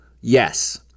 Yes